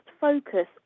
focus